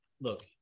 look